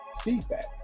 feedback